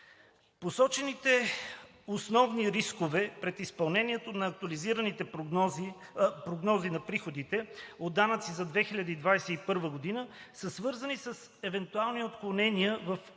Посочените основни рискове пред изпълнението на актуализираните прогнози на приходите от данъци за 2021 г. са свързани с евентуални отклонения в